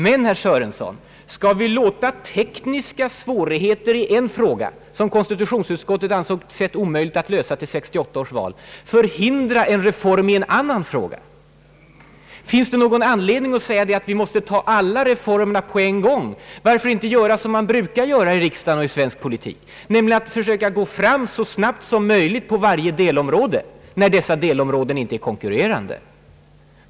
Men, herr Sörenson, skall vi låta tekniska svårigheter i en fråga som konstitutionsutskottet ansett omöjlig att lösa till 1968 års val förhindra en reform i en annan fråga? Finns det någon anledning att säga att vi måste ta alla reformerna på en gång? Varför inte göra som man brukar göra i riksdagen och politiken, nämligen försöka gå fram så snabbt som möjligt på varje delområde, när delområdena inte är konkurrerande?